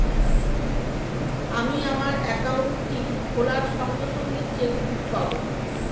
আমি আমার একাউন্টটি খোলার সঙ্গে সঙ্গে চেক বুক পাবো?